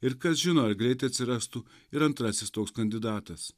ir kas žino ar greitai atsirastų ir antrasis toks kandidatas